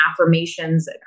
affirmations